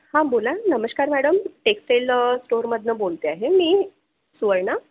हा बोला नमस्कार मॅडम टेक्सटाईल स्टोरमधून बोलते आहे मी सुवर्णा